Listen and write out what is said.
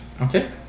Okay